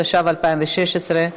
התשע"ו 2016,